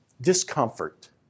discomfort